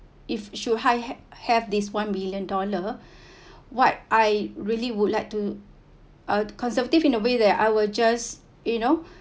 if should I have this one billion dollar what I really would like to uh conservative in a way that I will just you know